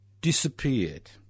disappeared